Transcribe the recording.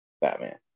Batman